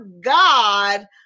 God